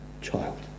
child